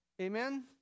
Amen